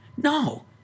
No